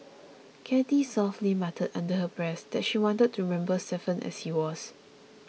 Cathy softly muttered under her breath that she wanted to remember Stephen as he was